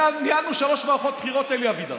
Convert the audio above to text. על זה ניהלנו שלוש מערכות בחירות, אלי אבידר.